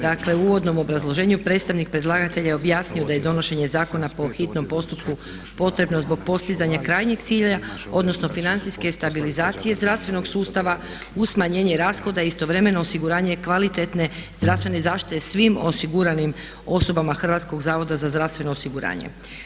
Dakle, u uvodnom obrazloženju predstavnik predlagatelja je objasnio da je donošenje zakona po hitnom postupku potrebno zbog postizanja krajnjeg cilja, odnosno financijske stabilizacije zdravstvenog sustava uz smanjenje rashoda i istovremeno osiguranje kvalitetne zdravstvene zaštite svim osiguranim osobama Hrvatskog zavoda za zdravstveno osiguranje.